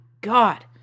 god